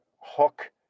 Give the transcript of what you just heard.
hook